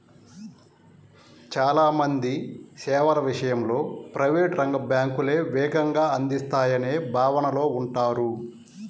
చాలా మంది సేవల విషయంలో ప్రైవేట్ రంగ బ్యాంకులే వేగంగా అందిస్తాయనే భావనలో ఉంటారు